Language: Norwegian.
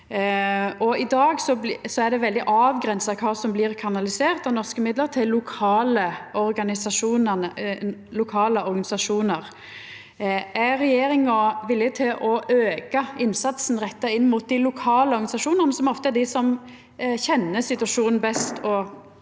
I dag er det veldig avgrensa kva som blir kanalisert av norske midlar til lokale organisasjonar. Er regjeringa villig til å auka innsatsen retta inn mot dei lokale organisasjonane, som ofte er dei som kjenner situasjonen best?